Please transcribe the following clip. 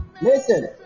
listen